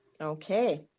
Okay